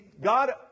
God